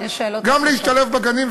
גם להשתלב בגנים,